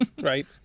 Right